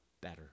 better